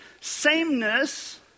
Sameness